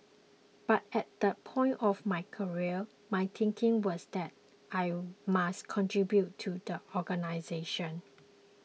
but at that point of my career my thinking was that I must contribute to the organisation